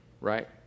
right